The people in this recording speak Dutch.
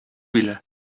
wielen